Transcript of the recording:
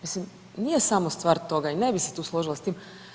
Mislim nije samo stvar toga i ne bih se tu složila s tim.